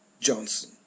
Johnson